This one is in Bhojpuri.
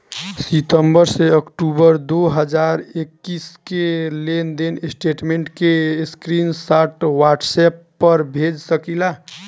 सितंबर से अक्टूबर दो हज़ार इक्कीस के लेनदेन स्टेटमेंट के स्क्रीनशाट व्हाट्सएप पर भेज सकीला?